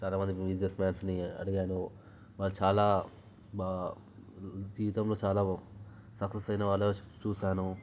చాలా మంది బిజినెస్మెన్ని అడిగాను వారు చాలా బాగా జీవితంలో చాలా ఓ సక్సెస్ అయిన వాళ్ళు చూశాను